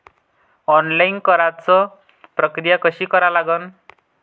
Online कराच प्रक्रिया कशी करा लागन?